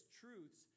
truths